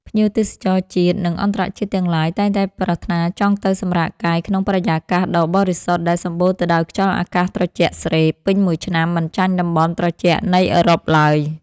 ភ្ញៀវទេសចរជាតិ និង អន្តរជាតិទាំងឡាយតែងតែប្រាថ្នាចង់ទៅសម្រាកកាយក្នុងបរិយាកាសដ៏បរិសុទ្ធដែលសម្បូរទៅដោយខ្យល់អាកាសត្រជាក់ស្រេបពេញមួយឆ្នាំមិនចាញ់តំបន់ត្រជាក់នៃអឺរ៉ុបឡើយ។